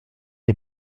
lès